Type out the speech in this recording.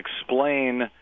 explain